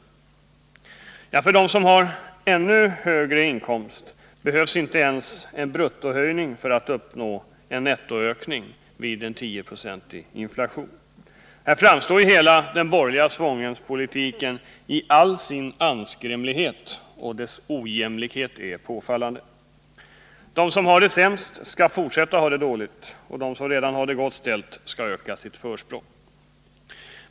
De som tjänar ännu mer behöver inte någon bruttoökning alls för att uppnå en nettoökning vid en 10-procentig inflation. Här framstår hela den borgerliga svångremspolitiken i all sin anskrämlighet, och dess ojämlikhet är påfallande. De som har det sämst skall fortsätta att ha det dåligt, och de som redan har det gott ställt skall öka sitt försprång.